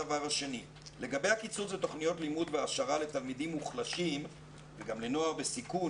לגבי הקיצוץ בתוכניות לימוד והעשרה לתלמידים וחלשים וגם לנוער בסיכון,